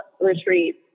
retreat